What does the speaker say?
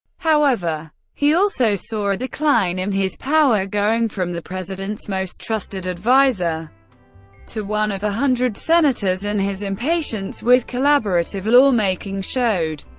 however, he also saw a decline in his power, going from the president's most trusted advisor to one of a hundred senators, and his impatience with collaborative lawmaking showed.